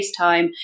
FaceTime